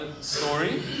story